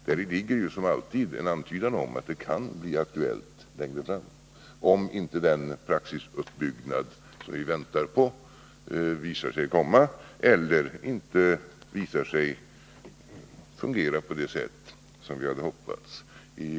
Däri ligger ju som alltid en antydan om att det kan bli aktuellt längre fram, om den praxisuppbyggnad som vi väntar på visar sig inte komma tillstånd eller inte fungera på det sätt som vi hade hoppats på.